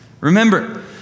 remember